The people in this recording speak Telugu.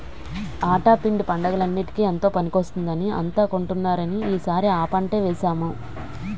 ఆటా పిండి పండగలన్నిటికీ ఎంతో పనికొస్తుందని అంతా కొంటున్నారని ఈ సారి ఆటా పంటే వేసాము